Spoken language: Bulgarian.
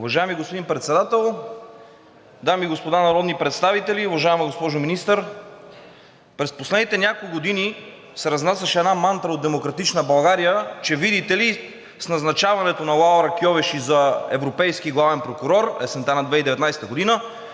Уважаеми господин Председател, дами и господа народни представители, уважаема госпожо Министър! През последните няколко години се разнасяше една мантра от „Демократична България“, че видите ли, с назначаването на Лаура Кьовеши за европейски главен прокурор – есента на 2019 г.,